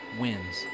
wins